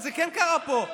לא, זה כן קרה פה.